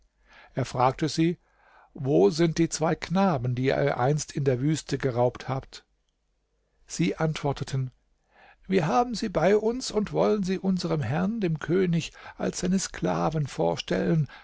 er fragte sie wo sind die zwei knaben die ihr einst in der wüste geraubt habt sie antworteten wir haben sie bei uns und wollen sie unserem herrn dem könig als seine sklaven vorstellen